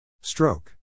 Stroke